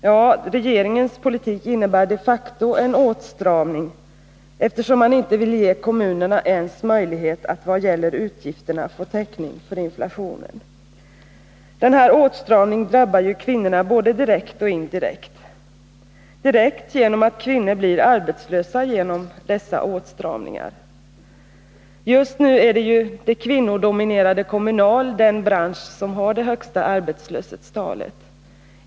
Ja, regeringens politik innebär de facto en åtstramning, eftersom man inte vill ge kommunerna ens möjlighet att vad gäller utgifterna få teckning för inflationen. Den här åtstramningen drabbar ju kvinnorna både direkt och indirekt. Kvinnorna drabbas direkt genom att de blir arbetslösa till följd av dessa åtstramningar. Just nu är det den kvinnodominerade kommunala sektorn som har det högsta arbetslöshetstalet.